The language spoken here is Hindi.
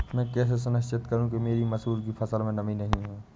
मैं कैसे सुनिश्चित करूँ कि मेरी मसूर की फसल में नमी नहीं है?